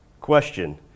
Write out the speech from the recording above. question